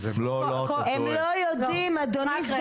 אדוני,